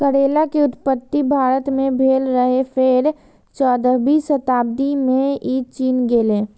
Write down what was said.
करैला के उत्पत्ति भारत मे भेल रहै, फेर चौदहवीं शताब्दी मे ई चीन गेलै